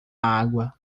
água